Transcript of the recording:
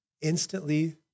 Instantly